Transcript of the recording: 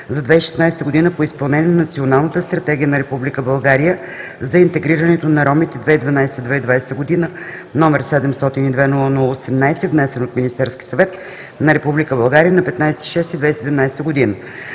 за 2016 г. по изпълнението на Националната стратегия на Република България за интегрирането на ромите (2012 – 2020), № 702-00-18, внесен от Министерския съвет на Република България на 15 юни 2017 г.